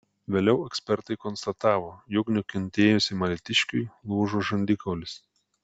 vėliau ekspertai konstatavo jog nukentėjusiam alytiškiui lūžo žandikaulis